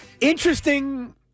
Interesting